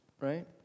right